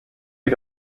you